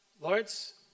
Lawrence